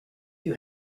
you